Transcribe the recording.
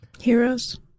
Heroes